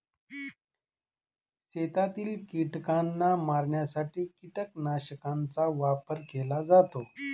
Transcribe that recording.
शेतातील कीटकांना मारण्यासाठी कीटकनाशकांचा वापर केला जातो